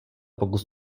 pokus